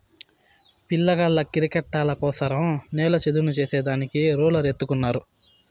పిల్లగాళ్ళ కిరికెట్టాటల కోసరం నేల చదును చేసే దానికి రోలర్ ఎత్తుకున్నారు